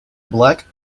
black